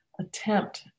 attempt